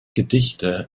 gedichte